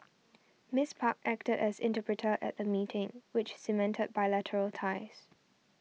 Miss Park acted as interpreter at the meeting which cemented bilateral ties